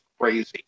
crazy